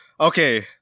Okay